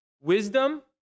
wisdom